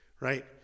right